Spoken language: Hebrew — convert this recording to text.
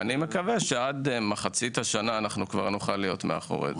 אני מקווה שעד מחצית השנה נוכל להיות מאחורי זה.